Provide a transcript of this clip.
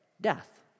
death